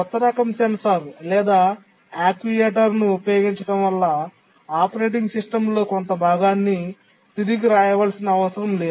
కొత్త రకం సెన్సార్ లేదా యాక్యుయేటర్ను ఉపయోగించడం వల్ల ఆపరేటింగ్ సిస్టమ్లో కొంత భాగాన్ని తిరిగి వ్రాయవలసిన అవసరం లేదు